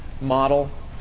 model